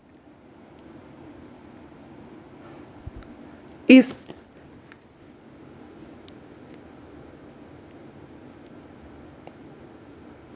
is